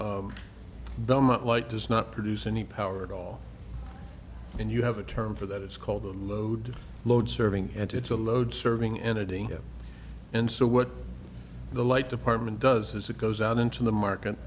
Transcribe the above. most light does not produce any power at all and you have a term for that it's called the load load serving and it's a load serving entity and so what the light department does is it goes out into the market